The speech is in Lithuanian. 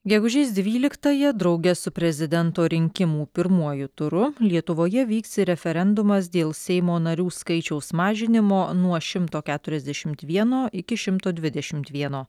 gegužės dvyliktąją drauge su prezidento rinkimų pirmuoju turu lietuvoje vyks referendumas dėl seimo narių skaičiaus mažinimo nuo šimto keturiasdešimt vieno iki šimto dvidešimt vieno